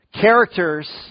characters